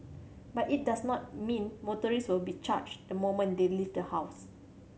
but it does not mean motorist will be charged the moment they leave the house